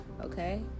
okay